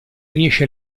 riesce